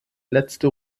letzte